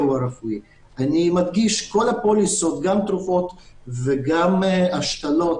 אני מדגיש כל הפוליסות גם תרופות וגם השתלות